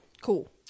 cool